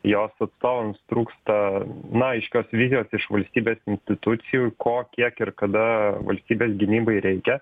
jos atstovams trūksta na aiškios vizijos iš valstybės institucijų ko kiek ir kada valstybės gynybai reikia